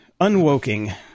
Unwoking